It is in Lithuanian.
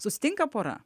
susitinka pora